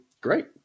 Great